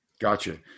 Gotcha